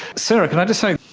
sarah, can i just say,